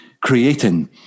creating